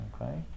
Okay